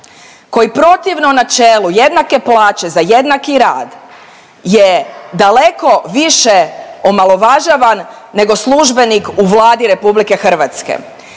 koji protivno načelu jednake plaće za jednaki rad je daleko više omalovažavan nego službenik u Vladi RH.